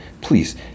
please